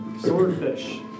Swordfish